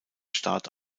staat